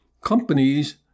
Companies